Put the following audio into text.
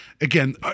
again